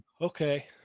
okay